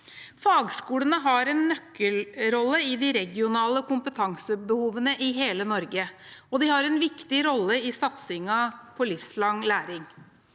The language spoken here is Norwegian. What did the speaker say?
Fagskolene har en nøkkelrolle i de regionale kompetansebehovene i hele Norge, og de har en viktig rolle i satsingen på livslang læring.